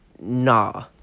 nah